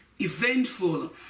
eventful